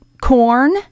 corn